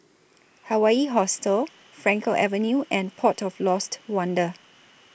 Hawaii Hostel Frankel Avenue and Port of Lost Wonder